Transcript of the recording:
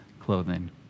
clothing